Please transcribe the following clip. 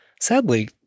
sadly